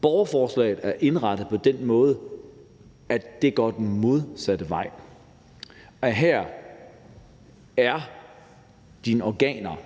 Borgerforslaget her er indrettet på den måde, at det går den modsatte vej, altså at dine organer